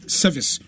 service